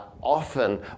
often